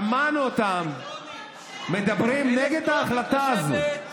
שמענו אותם מדברים נגד ההחלטה הזאת.